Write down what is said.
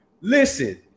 Listen